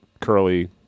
curly